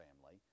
family